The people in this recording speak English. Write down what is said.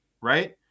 right